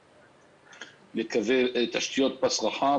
בקווי תשתיות פס רחב.